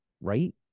right